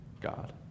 God